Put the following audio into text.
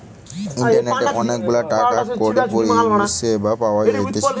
ইন্টারনেটে অনেক গুলা টাকা কড়ির পরিষেবা পাওয়া যাইতেছে